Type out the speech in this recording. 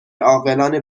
عاقلانه